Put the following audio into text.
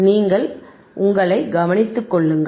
நீங்கள் உங்களை கவனித்துக் கொள்ளுங்கள்